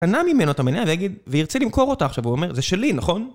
הוא קנה ממנו את המנה, והיא יגיד, והוא ירצה למכור אותה עכשיו, הוא יגיד, זה שלי, נכון?